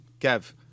Kev